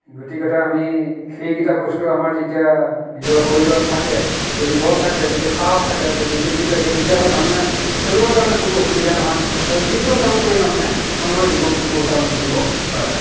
গতিকে আমি সেইকেইটা বস্তু আমাৰ যেতিয়া নিজৰ শৰীৰত থাকে যদি বল থাকে যদি সাহস থাকে যদি বুদ্ধি থাকে তেতিয়া হ'লে মানুহে চলিবৰ কাৰণে কোনো অসুবিধা নহয় আৰু যিকোনো কাম কৰি মানুহে মানুহৰ জীৱনটো পোহপাল দিব পাৰে